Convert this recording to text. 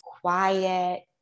quiet